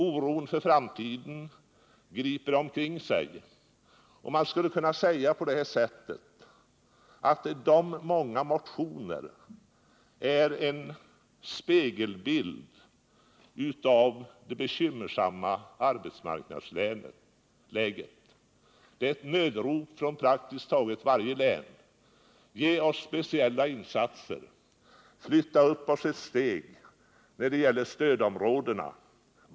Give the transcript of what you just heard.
Oron för framtiden griper omkring sig. Man skulle kunna säga att de många motionerna är en spegelbild av det bekymmersamma arbetsmarknadsläget. Det är ett nödrop från praktiskt taget varje län: Ge oss speciella insatser, flytta upp oss ett steg när det gäller stödområdena.